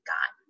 God